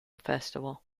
festival